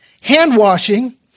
hand-washing